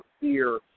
fear